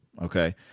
Okay